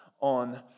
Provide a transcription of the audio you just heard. on